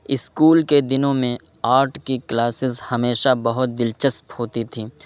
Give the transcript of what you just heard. school کے دنوں میں آرٹ کی کلاسز ہمیشہ بہت دلچسپ ہوتی تھیں